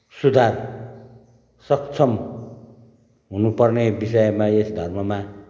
सुधार सक्षम हुनुपर्ने विषयमा यस धर्ममा